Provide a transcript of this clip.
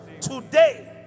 today